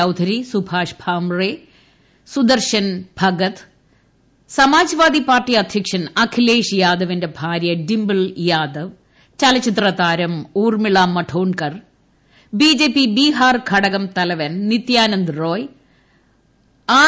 Chaudhary Subhash Bhamre Sudarshan Bhagat Samajwadi party അധ്യക്ഷൻ അഖിലേഷ് യാദവിന്റെ ഭാര്യ ഡിംപിൾ യാദവ് ചലച്ചിത്ര താരം ഊർമ്മിള മറ്റോണ്ട്ക്കർ ബിജെപി ബീഹാർ ഘടകം തലവൻ നിത്യാനന്ദ് റോയ് ആർ